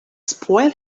spoil